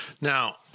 Now